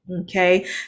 Okay